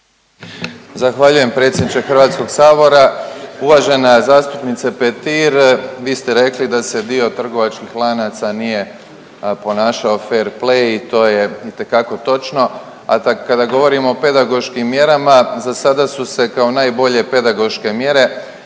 Zahvaljujem predsjedniče Hrvatskog sabora. Uvažena zastupnice Petir, vi ste rekli da se dio trgovačkih lanaca nije ponašao fer play i to je itekako točno, a kada govorim o pedagoškim mjerama za sada su se kao najbolje pedagoške mjere,